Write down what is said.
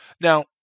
Now